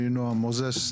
אני נעם מוזס,